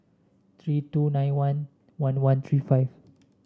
three two nine one one one three five